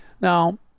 Now